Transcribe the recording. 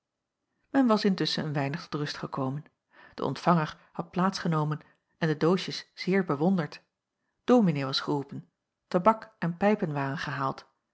men was intusschen een weinig tot rust gekomen de ontvanger had plaats genomen en de doosjes zeer bewonderd dominee was geroepen tabak en pijpen waren gehaald